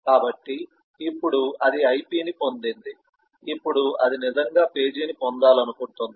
కాబట్టి ఇప్పుడు అది IP ని పొందింది ఇప్పుడు అది నిజంగా పేజీని పొందాలనుకుంటుంది